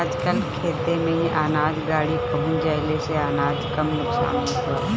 आजकल खेते में ही अनाज गाड़ी पहुँच जईले से अनाज कम नुकसान होत बाटे